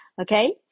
Okay